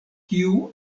kiu